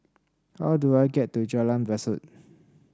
how do I get to Jalan Besut